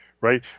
right